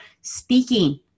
speaking